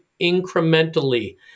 incrementally